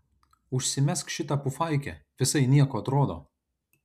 užsimesk šitą pufaikę visai nieko atrodo